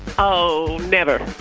oh, never